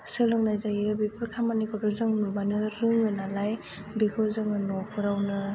सोलोंनाय जायो बेफोर खामानिफोरखौ जों नुबानो रोङो नालाय बेखौ जोङो न'फोरावनो